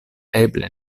eble